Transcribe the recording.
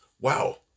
Wow